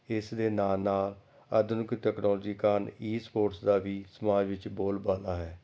ਇਸ ਦੇ ਨਾਲ ਨਾਲ ਆਧੁਨਿਕ ਟੈਕਨੋਲੋਜੀ ਕਾਰਨ ਈ ਸਪੋਰਟਸ ਦਾ ਵੀ ਸਮਾਜ ਵਿੱਚ ਬੋਲ ਬਾਲਾ ਹੈ